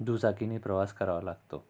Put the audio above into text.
दुचाकीने प्रवास करावा लागतो